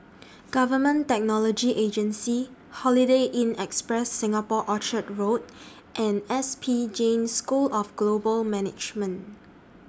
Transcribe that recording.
Government Technology Agency Holiday Inn Express Singapore Orchard Road and S P Jain School of Global Management